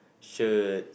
shirt